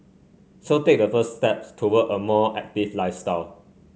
so take the first steps toward a more active lifestyle